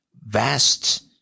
vast